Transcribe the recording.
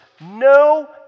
No